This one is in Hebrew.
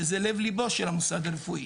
שזה לב לבו של המוסד הרפואי.